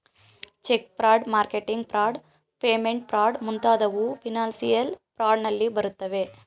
check fraud, marketing fraud, payment fraud ಮುಂತಾದವು financial fraud ನಲ್ಲಿ ಬರುತ್ತವೆ